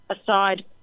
aside